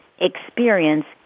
experience